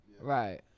Right